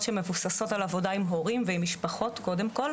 שמבוססות על עבודה עם הורים ועם משפחות קודם כל,